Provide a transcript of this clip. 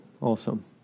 Awesome